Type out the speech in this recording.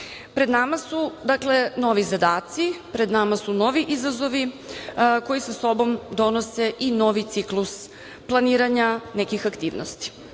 nama su dakle, novi zadaci, novi izazovi, koji sa sobom donose i novi ciklus planiranja nekih aktivnosti.